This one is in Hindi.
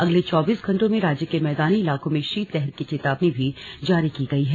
अगले चौबीस घंटों में राज्य के मैदानी इलाकों में शीत लहर की चेतावनी भी जारी की गई है